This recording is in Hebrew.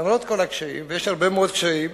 ויש הרבה מאוד קשיים,